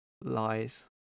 lies